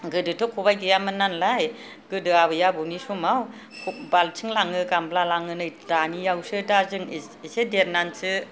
गोदोथ' खबाइ गैयामोन नालाय गोदो आबै आबौनि समाव बालथिं लाङो गामला लाङो नै दावनियावसो दा जों एसे देरनासो